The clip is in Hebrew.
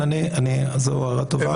זו הערה טובה.